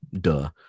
Duh